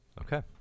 Okay